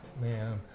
Man